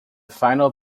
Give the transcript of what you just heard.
final